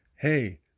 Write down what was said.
Hey